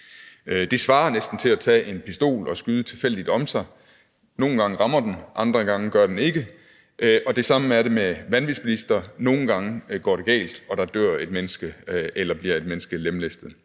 Det svarer næsten til at tage en pistol og skyde tilfældigt omkring sig. Nogle gange rammer den, andre gange gør den ikke. Det samme er det med vanvidsbilister: Nogle gange går det galt, og der dør et menneske, eller et menneske bliver lemlæstet.